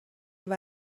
خوای